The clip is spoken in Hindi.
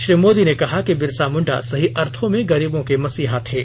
श्री मोदी ने कहा कि बिरसा मुंडा सही अर्थो में गर्रीबों के मसीहा थे